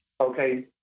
okay